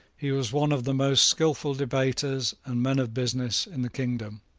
he was one of the most skilful debaters and men of business in the kingdom.